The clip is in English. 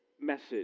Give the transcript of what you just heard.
message